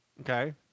Okay